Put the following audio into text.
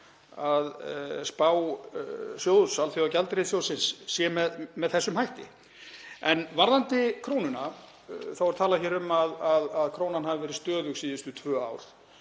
að spá Alþjóðagjaldeyrissjóðsins sé með þessum hætti. En varðandi krónuna þá er talað hér um að krónan hafi verið stöðug síðustu tvö ár.